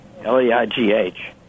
L-E-I-G-H